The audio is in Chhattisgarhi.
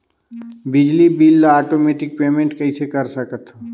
बिजली बिल ल आटोमेटिक पेमेंट कइसे कर सकथव?